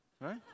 right